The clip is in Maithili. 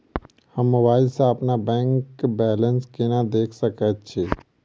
हम मोबाइल सा अपने बैंक बैलेंस केना देख सकैत छी?